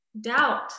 Doubt